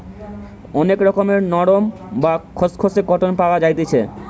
অনেক রকমের নরম, বা খসখসে কটন পাওয়া যাইতেছি